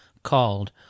called